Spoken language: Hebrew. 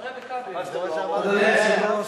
אדוני היושב-ראש,